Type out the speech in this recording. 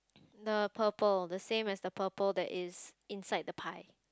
the purple the same as the purple that is inside the pie